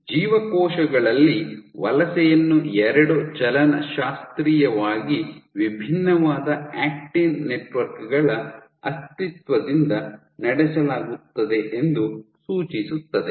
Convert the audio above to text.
ಜೀವಕೋಶಗಳಲ್ಲಿ ವಲಸೆಯನ್ನು ಎರಡು ಚಲನಶಾಸ್ತ್ರೀಯವಾಗಿ ವಿಭಿನ್ನವಾದ ಆಕ್ಟಿನ್ ನೆಟ್ವರ್ಕ್ ಗಳ ಅಸ್ತಿತ್ವದಿಂದ ನಡೆಸಲಾಗುತ್ತದೆ ಎಂದು ಸೂಚಿಸುತ್ತದೆ